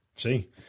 See